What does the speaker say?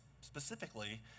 specifically